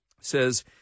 says